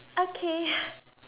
okay